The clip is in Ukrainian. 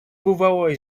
бувало